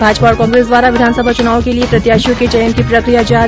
भाजपा और कांग्रेस द्वारा विधानसभा चुनाव के लिये प्रत्याशियों के चयन की प्रकिया जारी